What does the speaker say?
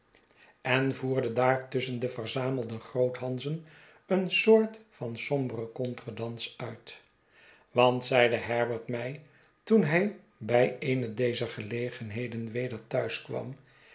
en voerde daartusschen de verzamelde groothanzen een soort van somberen contredans uit want zeide herbert mij toen hij bij eene dezer gelegenheden weder